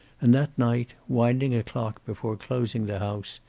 and that night, winding a clock before closing the house,